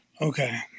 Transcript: Okay